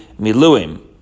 Miluim